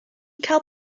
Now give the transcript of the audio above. cael